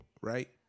right